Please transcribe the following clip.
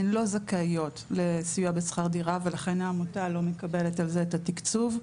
הן לא זכאיות לסיוע בשכר דירה ולכן העמותה לא מקבלת על זה את התקצוב.